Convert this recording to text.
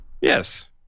Yes